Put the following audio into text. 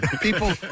people